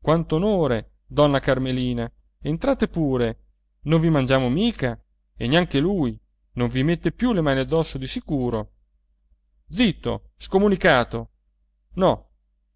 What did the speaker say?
quanto onore donna carmelina entrate pure non vi mangiamo mica e neanche lui non vi mette più le mani addosso di sicuro zitto scomunicato no